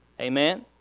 Amen